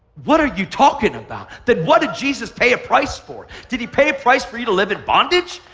what are you talking about? then what did jesus pay a price for? did he pay a price for you to live in bondage?